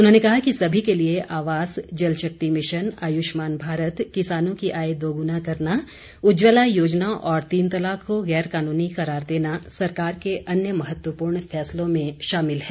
उन्होंने कहा कि सभी के लिए आवास जल शक्ति मिशन आयुष्मान भारत किसानों की आय दोगुना करना उज्जवला योजना और तीन तलाक को गैर कानूनी करार देना सरकार के अन्य महत्वपूर्ण फैसलों में शामिल है